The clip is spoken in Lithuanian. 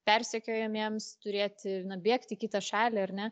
persekiojamiems turėti nu bėgti į kitą šalį ar ne